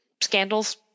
Scandals